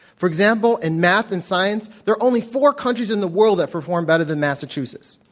for example, in math and science, there are only four countries in the world that perform better than massachusetts.